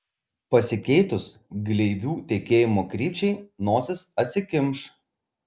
pasikeitus gleivių tekėjimo krypčiai nosis atsikimš